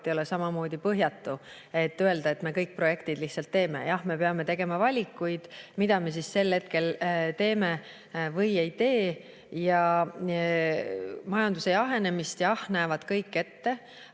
ei ole põhjatu, et saaks öelda, et me kõik projektid lihtsalt ära teeme. Jah, me peame tegema valikuid, et mida me sel hetkel teeme või ei tee. Majanduse jahenemist, jah, näevad kõik ette.